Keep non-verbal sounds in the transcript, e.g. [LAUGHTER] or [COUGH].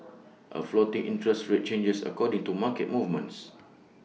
[NOISE] A floating interest rate changes according to market movements